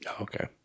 okay